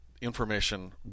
information